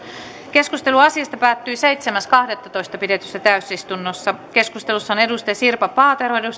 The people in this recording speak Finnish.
keskustelu asiasta päättyi seitsemäs kahdettatoista kaksituhattakuusitoista pidetyssä täysistunnossa keskustelussa on sirpa paatero